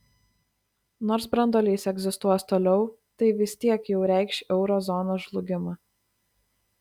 nors branduolys egzistuos toliau tai vis tiek jau reikš euro zonos žlugimą